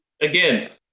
again